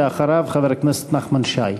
ואחריו, חבר הכנסת נחמן שי.